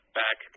back